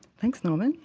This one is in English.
thanks norman.